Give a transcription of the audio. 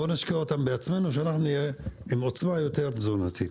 בואו נשקיע אותם בעצמנו שאנחנו נהיה עם עוצמה יותר תזונתית.